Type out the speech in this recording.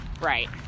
Right